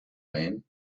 man